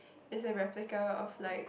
its a replica of like